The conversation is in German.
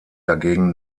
dagegen